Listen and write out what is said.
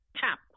tap